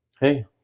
hey